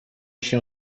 się